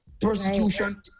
Persecution